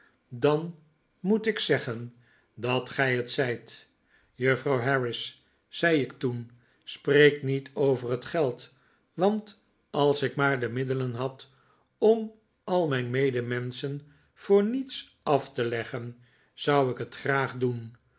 dan moet ik zeggen dat gij het zijt juffrouw harris zei ik toen spreek niet over het geld want als ik maar de middelen had om al mijn medemenschen voor niets af te leggen gou ik het graag doen